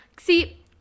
See